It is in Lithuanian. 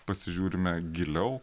pasižiūrime giliau